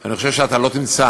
אני חושב שאתה לא תמצא